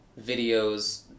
videos